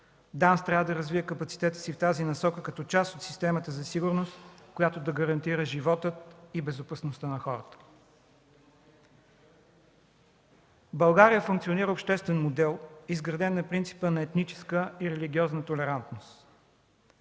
трябва да развие капацитета си в тази насока, като част от системата за сигурност, която да гарантира живота и безопасността на хората. В България функционира обществен модел, изграден на принципа на етническа и религиозна толерантност.